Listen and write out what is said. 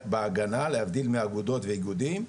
בהגנה, להבדיל מאגודות ואיגודים,